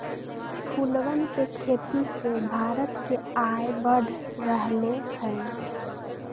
फूलवन के खेती से भारत के आय बढ़ रहले है